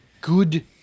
good